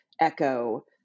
Echo